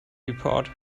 report